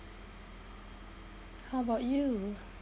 how about you